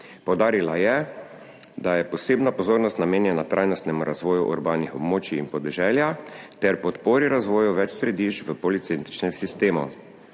Poudarila je, da je posebna pozornost namenjena trajnostnemu razvoju urbanih območij in podeželja ter podpori razvoju več središč v policentričnem sistemu.